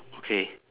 okay